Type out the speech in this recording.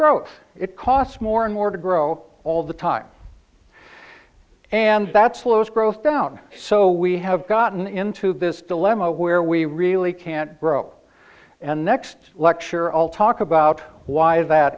growth it costs more and more to grow all the time and that's slows growth down so we have gotten into this dilemma where we really can't grow and next lecture all talk about why that